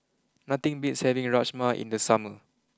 nothing beats having Rajma in the summer